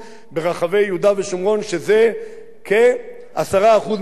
שזה כ-10% מתושביה של מדינת ישראל,